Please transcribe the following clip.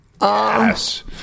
Yes